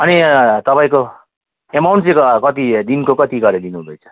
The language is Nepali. अनि तपाईँको अमाउन्ट चाहिँ कति दिनको कति गरेर दिनुहुँदैछ